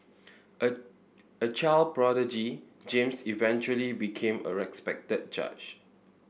a a child prodigy James eventually became a respected judge